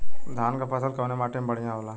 धान क फसल कवने माटी में बढ़ियां होला?